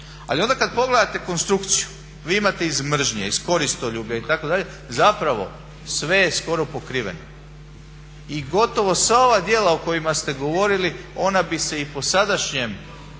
ali onda kad pogledate konstrukciju vi imate iz mržnje, iz koristoljublja itd. zapravo sve je skoro pokriveno. I gotovo sva ova djela o kojima ste govorili ona bi se i po sadašnjem